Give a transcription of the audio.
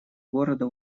города